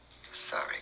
Sorry